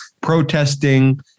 protesting